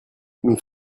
nous